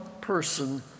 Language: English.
person